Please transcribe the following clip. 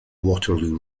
waterloo